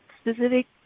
specific